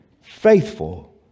faithful